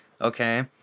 okay